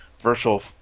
virtual